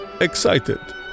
excited